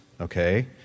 Okay